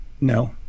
No